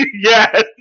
Yes